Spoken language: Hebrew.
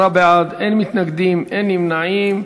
עשרה בעד, אין מתנגדים, אין נמנעים.